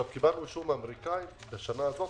קיבלנו אישור מהאמריקאים לשנה הזאת,